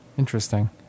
interesting